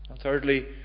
thirdly